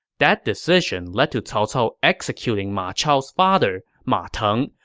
that decision led to cao cao executing ma chao's father, ma teng,